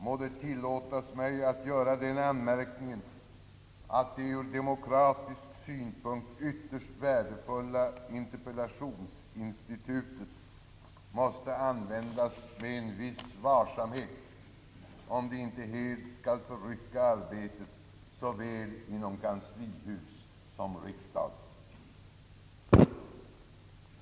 Må det tillåtas mig göra den anmärkningen, att det ur demokratisk synpunkt ytterst värdefulla interpellationsinstitutet måste användas med en viss varsamhet om det inte helt skall förrycka arbetet inom såväl kanslihus som riksdag.